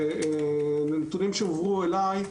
מהנתונים שהועברו אלי,